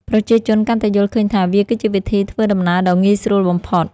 ប្រជាជនកាន់តែយល់ឃើញថា វាគឺជាវិធីធ្វើដំណើរដ៏ងាយស្រួលបំផុត។